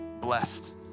blessed